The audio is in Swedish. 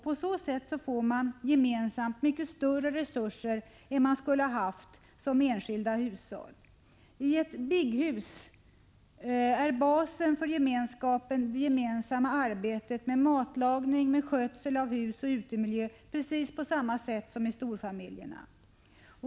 På så sätt får man gemensamt mycket större resurser än man skulle ha haft som enskilda hushåll. I ett BIG-hus är basen för gemenskapen det gemensamma arbetet med matlagning och skötsel av hus och utemiljö, precis på samma sätt som i storfamiljerna.